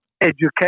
education